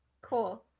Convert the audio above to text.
Cool